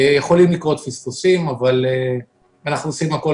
יכולים לקרות פספוסים אבל אנחנו עושים הכול